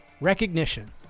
recognition